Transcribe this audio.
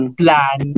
plan